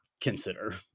consider